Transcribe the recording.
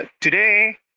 today